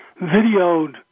videoed